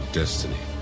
destiny